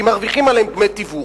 כי מרוויחים עליהם דמי תיווך.